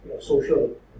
social